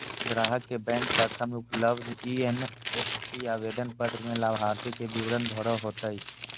ग्राहक के बैंक शाखा में उपलब्ध एन.ई.एफ.टी आवेदन पत्र में लाभार्थी के विवरण भरे होतय